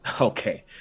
Okay